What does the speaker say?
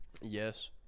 Yes